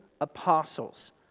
apostles